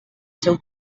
seu